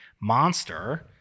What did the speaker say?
Monster